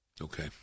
Okay